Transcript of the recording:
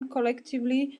collectively